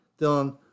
Dylan